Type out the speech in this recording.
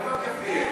איפה הכאפיה?